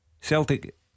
Celtic